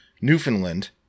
Newfoundland